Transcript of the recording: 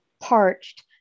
parched